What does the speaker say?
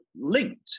linked